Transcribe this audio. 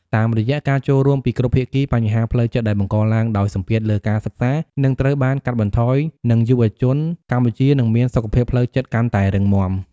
តាមរយៈការចូលរួមពីគ្រប់ភាគី បញ្ហាផ្លូវចិត្តដែលបង្កឡើងដោយសម្ពាធលើការសិក្សានឹងត្រូវបានកាត់បន្ថយ និងយុវជនកម្ពុជានឹងមានសុខភាពផ្លូវចិត្តកាន់តែរឹងមាំ។